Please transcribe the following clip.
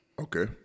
Okay